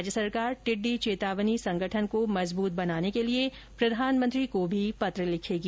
राज्य सरकार टिड्डी चेतावनी संगठन को मजबूत बनाने के लिए प्रधानमंत्री को पत्र भी लिखेगी